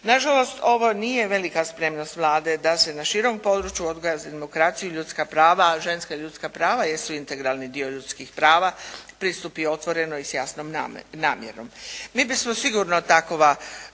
Nažalost, ovo nije velika spremnost Vlade da se na širom području odgoja za demokraciju i ljudska prava, a ženska ljudska prava jesu integralni dio ljudskih prava pristupi otvoreno i s jasnom namjerom. Mi bismo sigurno takova